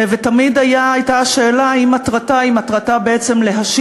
ותמיד הייתה השאלה האם מטרתה היא להשיב,